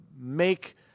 make